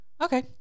Okay